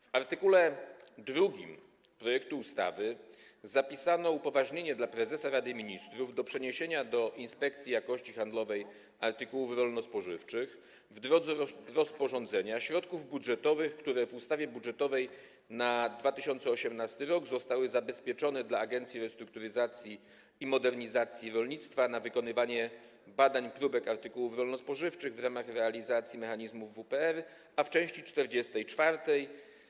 W art. 2 projektu ustawy zapisano upoważnienie dla prezesa Rady Ministrów do przeniesienia do Inspekcji Jakości Handlowej Artykułów Rolno-Spożywczych w drodze rozporządzenia środków budżetowych, które w ustawie budżetowej na 2018 r. zostały zabezpieczone dla Agencji Restrukturyzacji i Modernizacji Rolnictwa na wykonywanie badań próbek artykułów rolno-spożywczych w ramach realizacji mechanizmów WPR, a części 44: